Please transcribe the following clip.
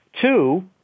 Two